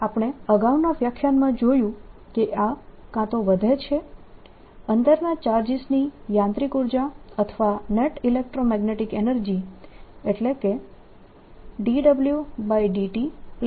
આપણે અગાઉના વ્યાખ્યાનમાં જોયું કે આ કાં તો વધે છે અંદરના ચાર્જીસ ની યાંત્રિક ઉર્જા અથવા નેટ ઇલેક્ટ્રોમેગ્નેટીક એનર્જી એટલે કે dWdtddtEelectro magnetic